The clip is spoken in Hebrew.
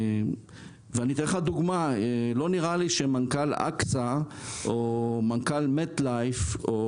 אני אתן לך דוגמה: לא נראה לי שמנכ"ל מט-לייף או